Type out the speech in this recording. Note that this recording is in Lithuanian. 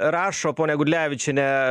rašo ponia gudlevičiene